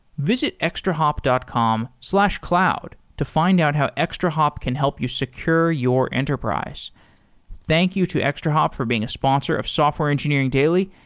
visit extrahop dot com slash cloud to find out how extrahop can help you secure your enterprise thank you to extrahop for being a sponsor of software engineering daily.